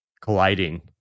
colliding